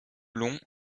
long